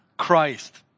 Christ